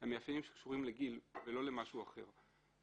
הם מאפיינים שקשורים לגיל ולא למשהו אחר.